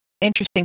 interesting